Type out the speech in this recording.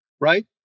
right